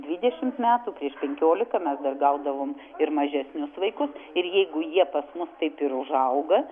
dvidešimt metų prieš penkiolika mes dar gaudavom ir mažesnius vaikus ir jeigu jie pas mus taip ir užauga